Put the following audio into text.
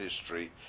history